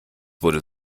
wurde